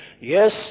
Yes